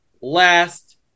last